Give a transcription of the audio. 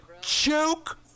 Joke